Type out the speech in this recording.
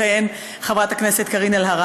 במקום חברת הכנסת ציפי לבני תכהן חברת הכנסת קארין אלהרר,